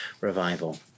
revival